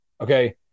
Okay